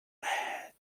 bad